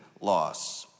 loss